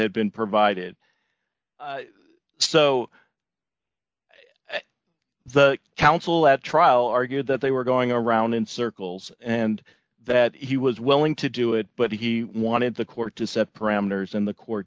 had been provided so the counsel at trial argued that they were going around in circles and that he was willing to do it but he wanted the court to set parameters and the court